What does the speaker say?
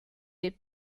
des